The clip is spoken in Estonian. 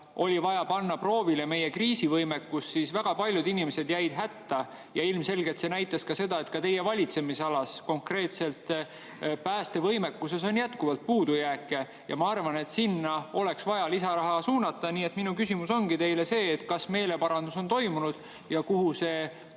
oli vaja panna proovile meie kriisivõimekus, siis väga paljud inimesed jäid hätta. Ilmselgelt see näitas seda, et ka teie valitsemisalas, konkreetselt päästevõimekuses on jätkuvalt puudujääke, ja ma arvan, et sinna oleks vaja lisaraha suunata. Nii et minu küsimus ongi teile see: kas meeleparandus on toimunud ja kuhu see